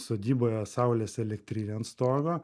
sodyboje saulės elektrinę ant stogo